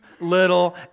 little